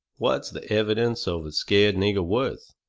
what's the evidence of a scared nigger worth?